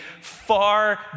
far